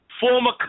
former